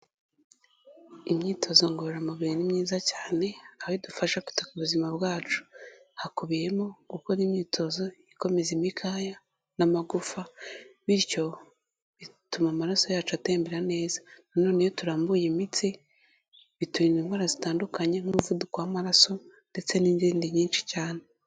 Imyitozo ngororamubiri ni myiza cyane, aho idufasha kwita ku buzima bwacu. Hakubiyemo gukora imyitozo ikomeza imikaya n'amagufa, bityo bituma amaraso yacu atembera neza. Na none iyo turambuye imitsi biturinda indwara zitandukanye nk'umuvuduko w'amaraso ndetse n'izindi nyinshi cyane.